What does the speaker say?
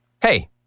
Hey